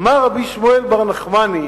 אמר רבי שמואל בר נחמני,